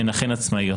הן אכן עצמאיות.